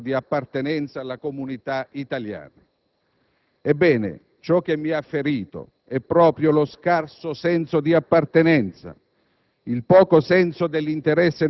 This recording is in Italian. Mai è venuto meno il senso di appartenenza alla comunità italiana. Ebbene, ciò che mi ha ferito è proprio lo scarso senso di appartenenza,